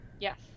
Yes